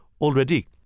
already